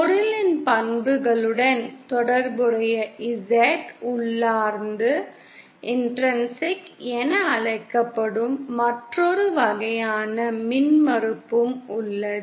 பொருளின் பண்புகளுடன் தொடர்புடைய Z உள்ளார்ந்த என அழைக்கப்படும் மற்றொரு வகையான மின்மறுப்பும் உள்ளது